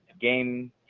game